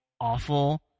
awful